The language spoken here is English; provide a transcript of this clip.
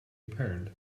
apparent